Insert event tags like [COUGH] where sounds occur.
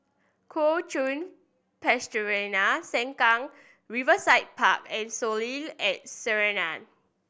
Kuo Chuan [UNINTELLIGIBLE] Sengkang Riverside Park and Soleil and Sinaran